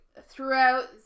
throughout